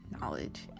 knowledge